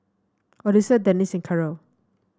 Odessa Denice Carole